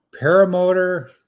Paramotor